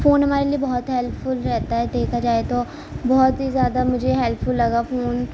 phone ہمارے لیے بہت ہیلپ فل رہتا ہے دیکھا جائے تو بہت ہی زیادہ مجھے ہیلپ فل لگا فون